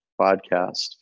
podcast